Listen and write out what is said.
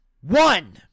One